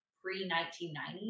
pre-1990